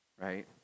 right